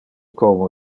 como